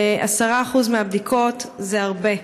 ו-10% מהבדיקות זה הרבה.